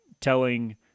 telling